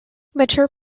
mature